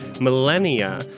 millennia